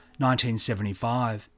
1975